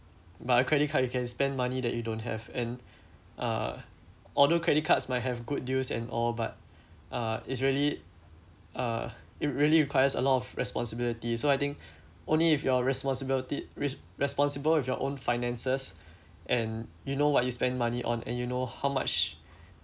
but a credit card you can spend money that you don't have and uh although credit cards might have good deals and all but uh it's really uh it really requires a lot of responsibility so I think only if your responsibility with responsible with your own finances and you know what you spend money on and you know how much